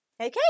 Okay